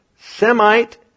Semite